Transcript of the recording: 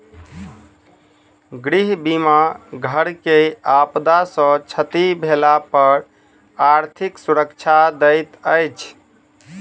गृह बीमा घर के आपदा सॅ क्षति भेला पर आर्थिक सुरक्षा दैत अछि